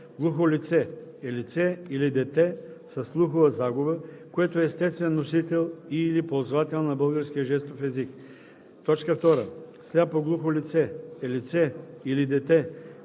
„Глухо лице“ е лице или дете със слухова загуба, което е естествен носител и/или ползвател на българския жестов език. 2. „Сляпо-глухо лице“ е лице или дете,